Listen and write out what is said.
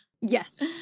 Yes